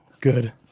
Good